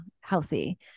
healthy